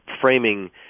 framing